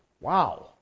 Wow